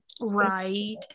right